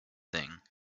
thing